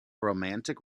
romantic